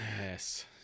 yes